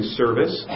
service